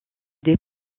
des